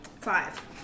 Five